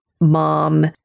mom